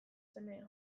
semea